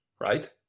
right